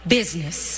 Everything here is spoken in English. business